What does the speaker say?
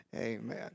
Amen